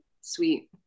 sweet